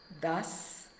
Thus